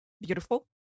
Beautiful